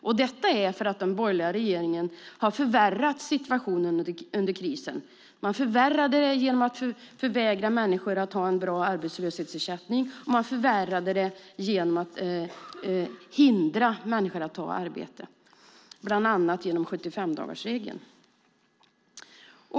Så är det för att den borgerliga regeringen under krisen har förvärrat situationen. Man förvärrade genom att förvägra människor en bra arbetslöshetsersättning. Man förvärrade genom att hindra människor att ta arbete, bland annat genom 75-dagarsregeln.